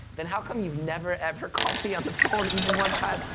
then how come you've never ever called me on the phone even one time,